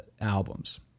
albums